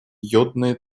йодные